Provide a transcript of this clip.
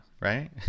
right